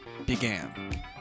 began